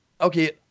okay